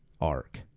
arc